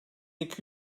iki